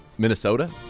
Minnesota